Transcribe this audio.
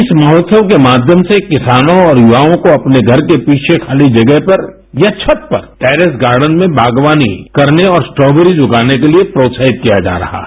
इस महोत्सव के माध्यम से किसानों और युवायों को अपने धर के पीछे खाती जगह पर या छत पर पेरेस गार्डन में बागवानी करने और स्ट्राबेरिज उगाने के लिए प्रोत्साहित किया जा रहा है